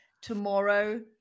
tomorrow